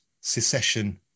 secession